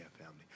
family